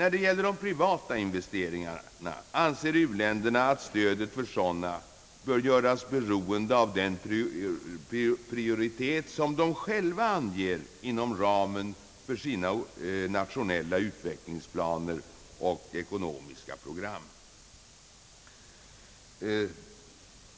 När det gäller de privata investeringarna anser u-länderna att stödet för sådana bör göras beroende av den prioritet som de själva anger inom ramen för sina nationella utvecklingsplaner och ekonomiska program.